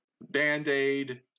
Band-Aid